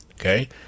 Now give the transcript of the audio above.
Okay